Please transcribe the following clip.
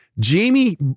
Jamie